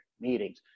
meetings